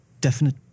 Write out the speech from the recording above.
Definite